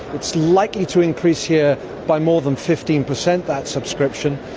it's likely to increase here by more than fifteen percent, that subscription.